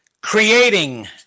creating